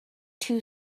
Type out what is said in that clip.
too